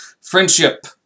Friendship